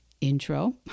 intro